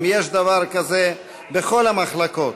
אם יש דבר כזה בכל המחלקות,